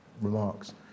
remarks